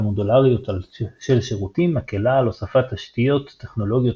מודלריות של שירותים מקלה על הוספת תשתיות טכנולוגיות